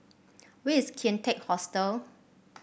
where is Kian Teck Hostel